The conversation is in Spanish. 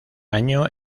año